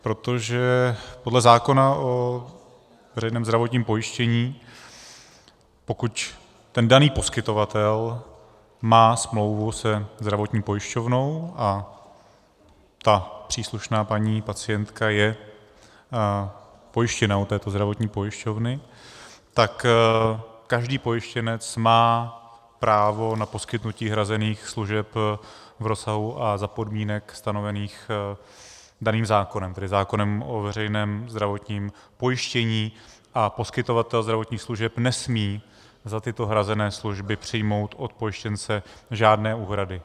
Protože podle zákona o veřejném zdravotním pojištění, pokud ten daný poskytovatel má smlouvu se zdravotní pojišťovnou a ta příslušná paní pacientka je pojištěna u této zdravotní pojišťovny, tak každý pojištěnec má právo na poskytnutí hrazených služeb v rozsahu a za podmínek stanovených daným zákonem, to je zákonem o veřejném zdravotním pojištění, a poskytovatel zdravotních služeb nesmí za tyto hrazené služby přijmout od pojištěnce žádné úhrady.